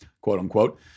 quote-unquote